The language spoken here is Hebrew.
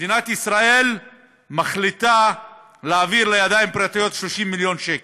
מדינת ישראל מחליטה להעביר לידיים פרטיות 30 מיליון שקל,